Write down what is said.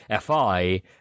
FI